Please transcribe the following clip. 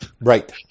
right